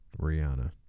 Rihanna